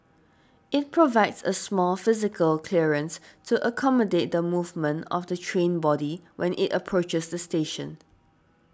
it provides a small physical clearance to accommodate the movement of the train body when it approaches the station